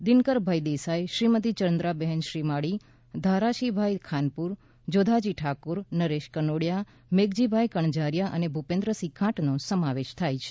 દિનકરભાઇ દેસાઇ શ્રીમતી ચંદ્રાબહેન શ્રીમાળી ધારશીભાઇ ખાનપુરા જોધાજી ઠાકીર નરેશ કનોડિયા મેઘજીભાઇ કણઝારીયા અને ભૂપેન્દ્રસિંહ ખાંટનો સમાવેશ થાય છે